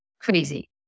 crazy